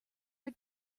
are